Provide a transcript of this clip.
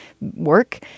work